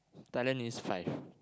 Thailand is five